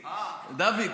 דוד,